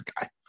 guy